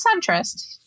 centrist